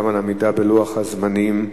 גם על עמידה בלוח הזמנים.